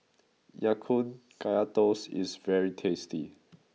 Ya Kun Kaya Toast is very tasty